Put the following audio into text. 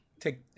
take